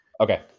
Okay